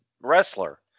wrestler